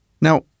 Now